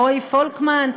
רועי פולקמן,